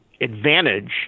advantage